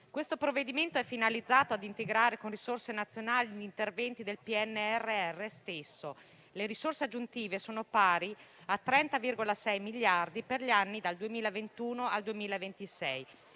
Questo provvedimento è finalizzato a integrare con risorse nazionali gli interventi del PNRR stesso; le risorse aggiuntive sono pari a 30,6 miliardi per gli anni dal 2021 al 2026,